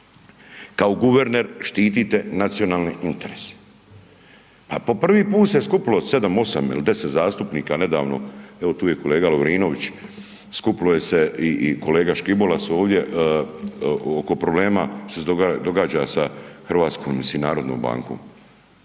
kao guverner štitite nacionalne interese. Pa po prvi put se skupilo 7, 8 il 10 zastupnika nedavno, evo tu je i kolega Lovrinović, skupilo ih se i kolega Škibolo su ovdje oko problema što se događa sa Hrvatskom mislim narodnom bankom.